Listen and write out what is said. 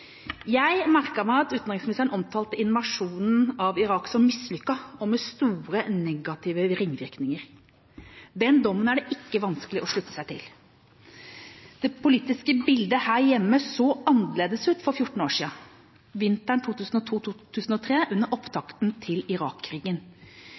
Jeg merket meg at utenriksministeren omtalte invasjonen i Irak som mislykket og med store negative ringvirkninger. Den dommen er det ikke vanskelig å slutte seg til. Det politiske bildet her hjemme så annerledes ut for 14 år siden, vinteren 2002–2003, under